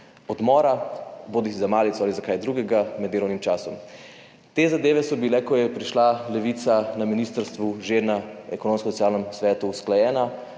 odmora, bodisi za malico ali za kaj drugega med delovnim časom. Te zadeve so bile, ko je prišla Levica na ministrstvu, že na Ekonomsko-socialnem svetu usklajena.